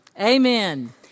Amen